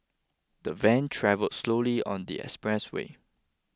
the van travel slowly on the expressway